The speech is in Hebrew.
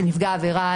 של נפגע העבירה,